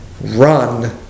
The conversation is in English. run